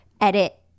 edit